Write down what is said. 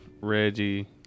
Reggie